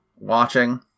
watching